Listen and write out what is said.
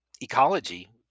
ecology